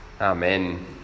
Amen